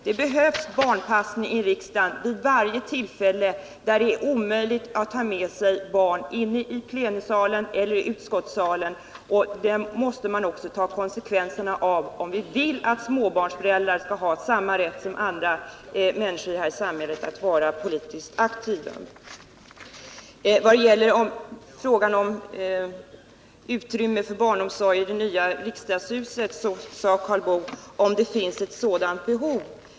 Det behövs barnpassning i riksdagen vid varje tillfälle då det är omöjligt att ta med sig barn, i plenisalen eller i utskottssalen, och det måste vi ta konsekvensen av, om vi vill att småbarnsföräldrar skall ha samma möjlighet som andra människor i vårt samhälle att vara politiskt aktiva. Vad gäller frågan om utrymme för barnomsorg i det nya riksdagshuset, sade Karl Boo: Om det finns ett sådant behov.